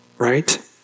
Right